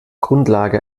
grundlage